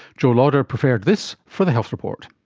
jo lauder prepared this for the health report.